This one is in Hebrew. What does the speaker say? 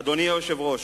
אדוני היושב-ראש,